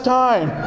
time